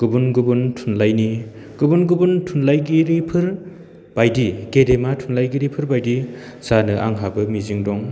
गुबुन गुबुन थुनलाइनि गुबुन गुबुन थुनलाइगिरिफोर बादि गेदेमा थुनलाइगिरिफोर बादि जानो आंहाबो मिजिं दं